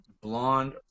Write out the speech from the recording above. blonde